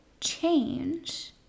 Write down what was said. change